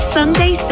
Sunday